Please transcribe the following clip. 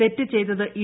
തെറ്റ് ചെയ്തത് ഇ